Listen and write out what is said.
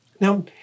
Now